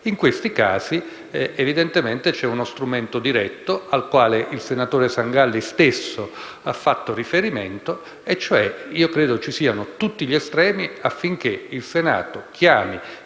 In questi casi, evidentemente, c'è uno strumento diretto, al quale il senatore Sangalli stesso ha fatto riferimento, e cioè credo vi siano tutti gli estremi affinché il Senato chiami